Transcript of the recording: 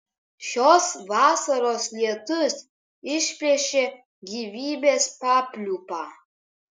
šios vasaros lietus išplėšė gyvybės papliūpą